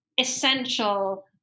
essential